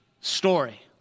story